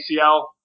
acl